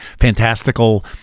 fantastical